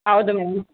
ಹೌದು ಮೇಡಮ್